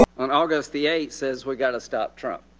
on august the eighth says, we got to stop trump.